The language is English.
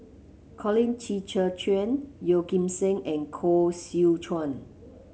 Colin Qi Zhe Quan Yeo Kim Seng and Koh Seow Chuan